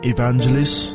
Evangelist